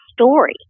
story